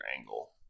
angle